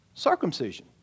Circumcision